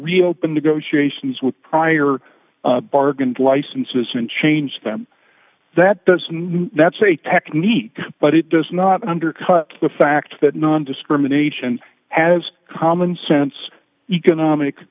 reopen negotiations with prior bargain licenses and change them that doesn't that's a technique but it does not undercut the fact that nondiscrimination has common sense economic